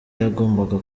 yagombaga